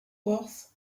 worth